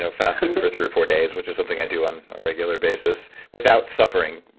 so fasting for three or four days, which is something i do on a regular basis, without suffering,